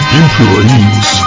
employees